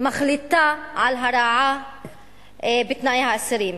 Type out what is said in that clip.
מחליטה על הרעה בתנאי האסירים,